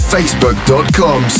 Facebook.com